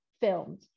filmed